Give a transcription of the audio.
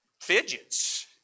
fidgets